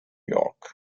york